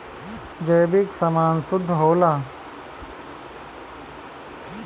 जैविक समान शुद्ध होला